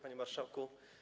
Panie Marszałku!